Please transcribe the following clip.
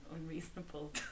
unreasonable